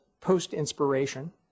post-inspiration